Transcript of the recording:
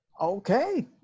Okay